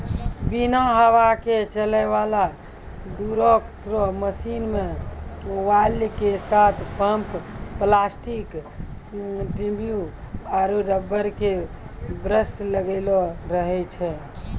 बिना हवा के चलै वाला दुधो रो मशीन मे वाल्व के साथ पम्प प्लास्टिक ट्यूब आरु रबर के ब्रस लगलो रहै छै